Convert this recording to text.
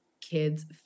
kids